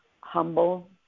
humble